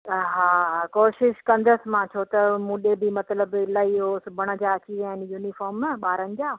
हा हा कोशिशि कंदसि मां छो त मूं ॾिए बि मतिलबु इलाही उहो सुभण जा थी विया आहिनि यूनिफॉम ॿारनि जा